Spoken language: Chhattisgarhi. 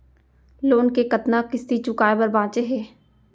लोन के कतना किस्ती चुकाए बर बांचे हे?